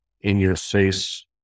in-your-face